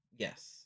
Yes